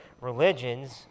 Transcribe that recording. religions